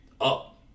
up